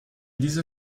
diese